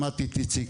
שמעתי את איציק,